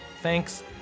Thanks